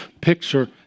Picture